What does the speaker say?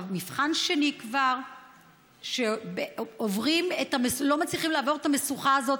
מבחן שני כבר שלא מצליחים לעבור את המשוכה הזאת,